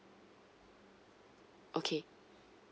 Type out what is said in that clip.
okay